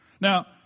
Now